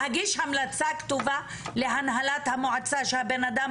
להגיש המלצה כתובה להנהלת המועצה שהבן-אדם